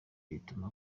bituma